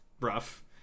rough